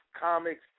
comics